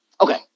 Okay